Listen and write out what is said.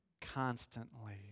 constantly